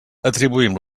atribuïm